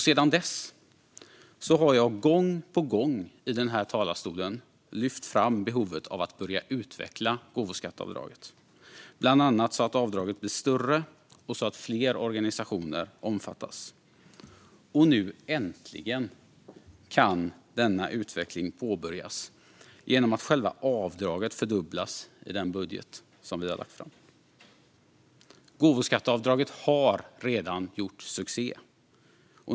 Sedan dess har jag gång på gång i den här talarstolen lyft fram behovet av att börja utveckla gåvoskatteavdraget, bland annat så att avdraget blir större och så att fler organisationer omfattas. Nu äntligen kan denna utveckling påbörjas genom att själva avdraget fördubblas i den budget som vi har lagt fram. Gåvoskatteavdraget har redan gjort succé.